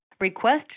Request